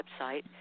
website